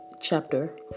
Chapter